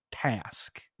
Task